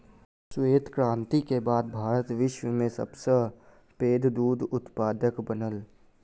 श्वेत क्रांति के बाद भारत विश्व में सब सॅ पैघ दूध उत्पादक बनल